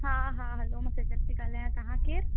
हा हा हैलो मां सेजल थी ॻाल्हायां तव्हां केरु